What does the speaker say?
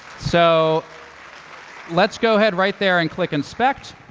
so let's go ahead right there and click inspect.